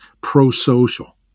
pro-social